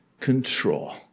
control